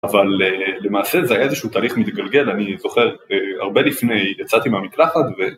אבל למעשה זה היה איזשהו תהליך מתגלגל, אני זוכר הרבה לפני, יצאתי מהמקלחת ו...